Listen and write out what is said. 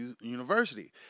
University